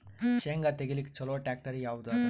ಶೇಂಗಾ ತೆಗಿಲಿಕ್ಕ ಚಲೋ ಟ್ಯಾಕ್ಟರಿ ಯಾವಾದು?